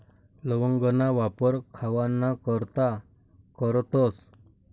लवंगना वापर खावाना करता करतस